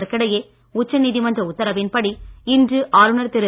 இதற்கிடையே உச்சநீதிமன்ற உத்தரவின்படி இன்று ஆளுநர் திரு